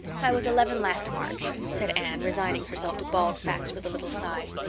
i was eleven last march, said anne, resigning herself to bald facts with a little sigh.